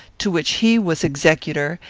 to which he was executor,